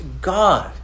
God